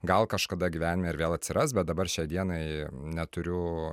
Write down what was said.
gal kažkada gyvenime ir vėl atsiras bet dabar šiai dienai neturiu